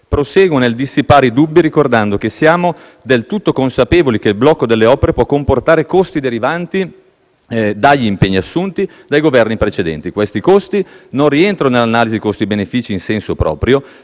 Proseguo nel dissipare i dubbi ricordando che siamo del tutto consapevoli che il blocco delle opere può comportare costi derivanti dagli impegni assunti dai Governi precedenti. Questi costi non rientrano nell'analisi costi-benefici in senso proprio,